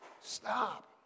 Stop